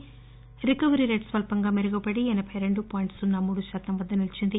దీంతో recovery rate స్వల్పంగా మెరుగుపడి ఎనబై రెండు పాయింట్ సున్న మూడు శాతం వద్ద నిలిచింది